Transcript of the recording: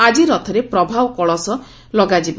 ଆଜି ରଥରେ ପ୍ରଭା ଓ କଳସ ଲଗାଯିବ